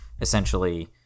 essentially